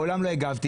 מעולם לא הגבתי.